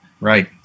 Right